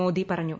മോദി പറഞ്ഞു